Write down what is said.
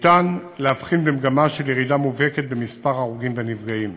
אפשר להבחין במגמה של ירידה מובהקת במספר ההרוגים והנפגעים.